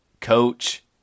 coach